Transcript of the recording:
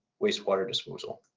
waste-water disposal.